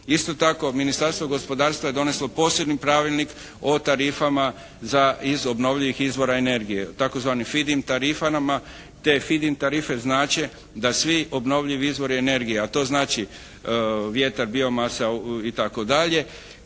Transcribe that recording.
Isto tako Ministarstvo gospodarstva je doneslo posebni Pravilnik o tarifama za, iz obnovljivih izvora energije, tzv. fidim tarifama. Te fidim tarife znače da svi obnovljivi izvori energije, a to znači vjetar, biomasa itd.